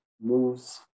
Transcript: moves